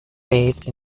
raised